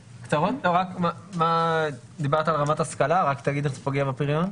דיברת על רמת השכלה, רק תסביר איך זה פוגע בפריון.